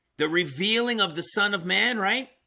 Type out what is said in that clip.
the revealing of the son of man, right?